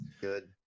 Good